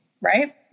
right